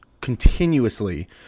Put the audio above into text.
continuously